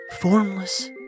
formless